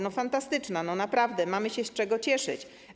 No, fantastycznie, naprawdę mamy się z czego cieszyć.